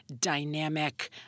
dynamic